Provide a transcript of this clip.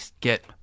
get-